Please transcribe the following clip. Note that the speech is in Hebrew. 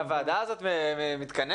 הוועדה הזאת מתכנסת?